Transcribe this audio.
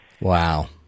Wow